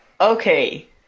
Okay